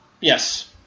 Yes